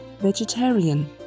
vegetarian